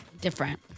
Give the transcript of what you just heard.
Different